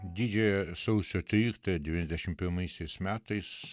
didžiąją sausio tryliktąją devyniasdešim pirmaisiais metais